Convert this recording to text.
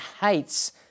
hates